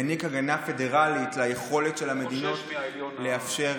הוא העניק הגנה פדרלית ליכולת של המדינות לאפשר